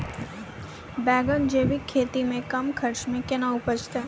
बैंगन जैविक खेती से कम खर्च मे कैना उपजते?